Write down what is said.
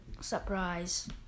surprise